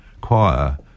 Choir